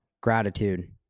gratitude